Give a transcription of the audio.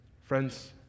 Friends